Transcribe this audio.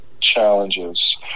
challenges